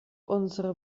unsere